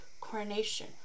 coronation